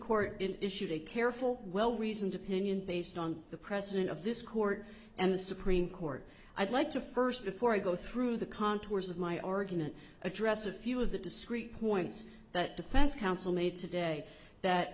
court in issued a careful well reasoned opinion based on the president of this court and the supreme court i'd like to first before i go through the contours of my argument address a few of the discreet points that defense counsel made today that